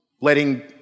letting